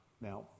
now